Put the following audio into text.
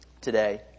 today